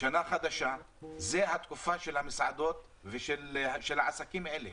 שנה חדשה, זו התקופה של המסעדות והעסקים האלה.